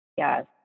Yes